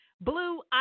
Blue